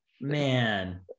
man